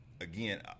again